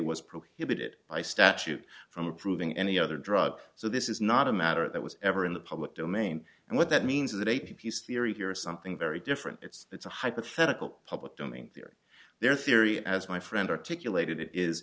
was prohibited by statute from approving any other drug so this is not a matter that was ever in the public domain and what that means is that a piece theory here is something very different it's it's a hypothetical public domain theory their theory as my friend articulated it is